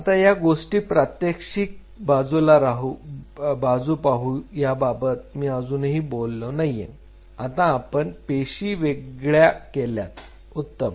आता या गोष्टीची प्रात्यक्षिक बाजू पाहूया त्याबाबत मी अजूनही बोललो नाहीये आता आपण पेशी वेगळ्या केल्यात उत्तम